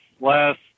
last